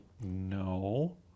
no